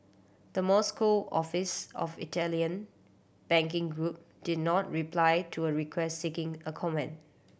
the Moscow office of Italian banking group did not reply to a request seeking a comment